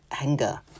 anger